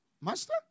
Master